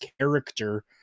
character